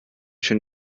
schon